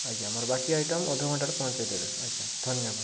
ଆଜ୍ଞା ମୋର ବାକି ଆଇଟମ୍ ଅଧଘଣ୍ଟା ରେ ପହଞ୍ଚେଇ ଦେବେ ଆଜ୍ଞା ଧନ୍ୟବାଦ